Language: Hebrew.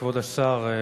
כבוד השר,